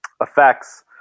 effects